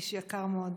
איש יקר מאוד.